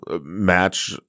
match